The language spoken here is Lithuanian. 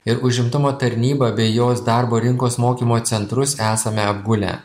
ir užimtumo tarnybą bei jos darbo rinkos mokymo centrus esame apgulę